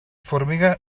formiga